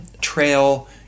trail